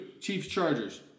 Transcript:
Chiefs-Chargers